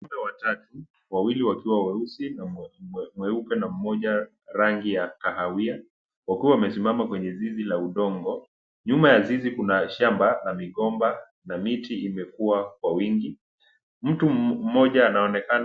Ngombe watatu wawili weusi na mweupe na mmoja rangi ya kahawia wakiwa wamesimama kwenye zizi la udongo nyuma ya zizi kuna shamba la migomba na miti imekuwa kwa wingi mtu mmoja anaonekana